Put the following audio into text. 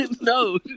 No